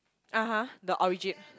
(uh huh) the origi~